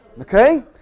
Okay